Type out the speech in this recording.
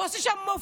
למה הוא